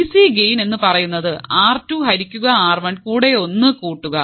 DC gain എന്നു പറയുന്നത് R two ഹരികുക ആർ വൺ കൂടെ ഒന്ന് കൂട്ടുക